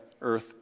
earth